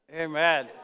Amen